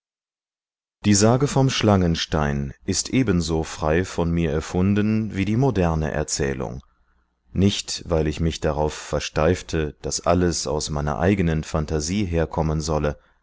die sage vom schlangenstein ist ebenso frei von mir erfunden wie die moderne erzählung nicht weil ich mich darauf versteifte daß alles aus meiner eigenen phantasie herkommen solle